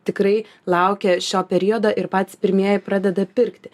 tikrai laukia šio periodo ir patys pirmieji pradeda pirkti